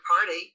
party